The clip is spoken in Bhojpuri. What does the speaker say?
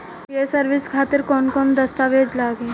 ये सर्विस खातिर कौन कौन दस्तावेज लगी?